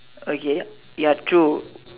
okay ya true